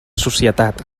societat